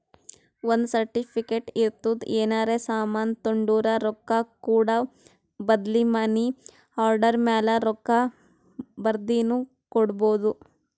ಒಂದ್ ಸರ್ಟಿಫಿಕೇಟ್ ಇರ್ತುದ್ ಏನರೇ ಸಾಮಾನ್ ತೊಂಡುರ ರೊಕ್ಕಾ ಕೂಡ ಬದ್ಲಿ ಮನಿ ಆರ್ಡರ್ ಮ್ಯಾಲ ರೊಕ್ಕಾ ಬರ್ದಿನು ಕೊಡ್ಬೋದು